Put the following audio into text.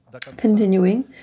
continuing